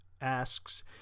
asks